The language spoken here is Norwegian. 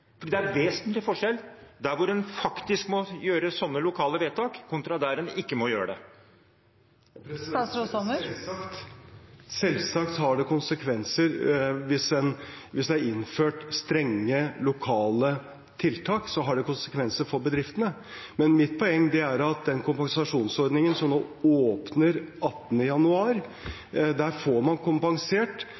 det er vesentlig forskjell mellom der en faktisk må gjøre sånne lokale vedtak, kontra der en ikke må gjøre det. Selvsagt – hvis det er innført strenge lokale tiltak, har det selvsagt konsekvenser for bedriftene. Men mitt poeng er at med den kompensasjonsordningen som nå åpner 18. januar, får man kompensert.